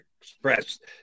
expressed